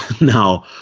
Now